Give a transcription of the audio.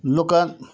لُکَن